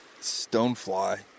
stonefly